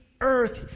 earth